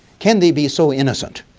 can they be so innocent?